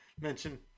mention